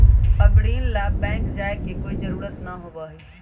अब ऋण ला बैंक जाय के कोई जरुरत ना होबा हई